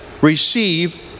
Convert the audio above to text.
receive